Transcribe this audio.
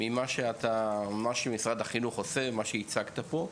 ממה שמשרד החינוך עושה, מה שהצגת פה.